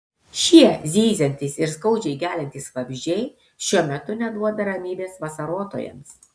šie zyziantys ir skaudžiai geliantys vabzdžiai šiuo metu neduoda ramybės vasarotojams